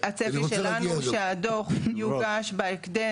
כי אני רוצה להגיע -- הצפי שלנו שהדוח יוגש בהקדם,